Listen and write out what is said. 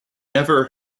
never